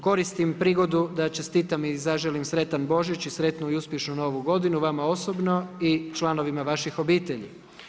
Koristim prigodu da čestitam i zaželim sretan Božić i sretnu i uspješnu novu godinu vama osobno i članovima vaših obitelji.